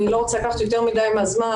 אני לא רוצה לקחת יותר מדי מהזמן.